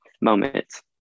moments